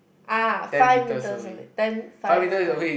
ah five metres away ten five or ten